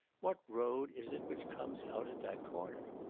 what road is it which comes out at that corner?